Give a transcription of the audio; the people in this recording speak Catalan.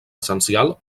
essencial